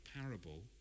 parable